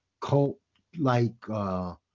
cult-like